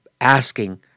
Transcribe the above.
asking